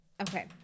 Okay